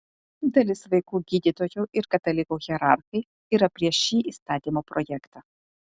dalis vaikų gydytojų ir katalikų hierarchai yra prieš šį įstatymo projektą